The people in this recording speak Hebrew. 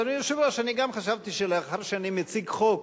אדוני היושב-ראש, אני חשבתי שלאחר שאני מציג חוק